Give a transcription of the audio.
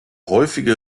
häufige